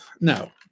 no